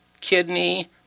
kidney